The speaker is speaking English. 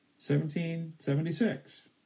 1776